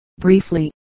Briefly